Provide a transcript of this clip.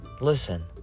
listen